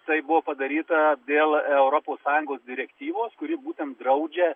taip buvo padaryta dėl europos sąjungos direktyvos kuri būtent draudžia